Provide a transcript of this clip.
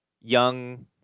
young